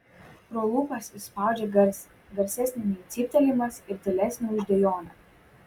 pro lūpas išspaudžia garsą garsesnį nei cyptelėjimas ir tylesnį už dejonę